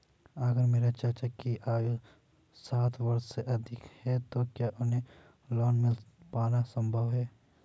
अगर मेरे चाचा की आयु साठ वर्ष से अधिक है तो क्या उन्हें लोन मिल पाना संभव है?